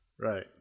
right